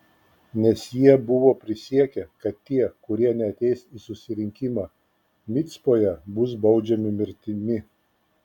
nes jie buvo prisiekę kad tie kurie neateis į susirinkimą micpoje bus baudžiami mirtimi